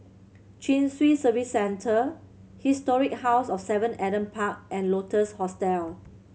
Chin Swee Service Centre Historic House of Seven Adam Park and Lotus Hostel